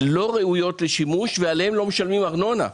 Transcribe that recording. לא ראויות לשימוש, ועליהן לא משלמים ארנונה.